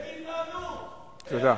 אני גאה, תירגע,